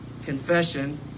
Confession